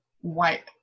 white